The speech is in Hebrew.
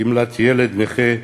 גמלת ילד נכה,